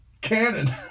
cannon